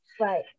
right